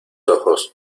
ojos